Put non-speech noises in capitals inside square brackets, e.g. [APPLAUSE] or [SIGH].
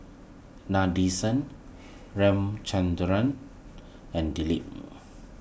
Nadesan [UNINTELLIGIBLE] and Dilip [NOISE]